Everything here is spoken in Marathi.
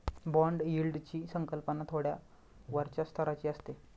बाँड यील्डची संकल्पना थोड्या वरच्या स्तराची असते